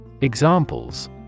Examples